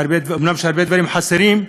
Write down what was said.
אומנם הרבה דברים חסרים,